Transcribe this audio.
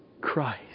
Christ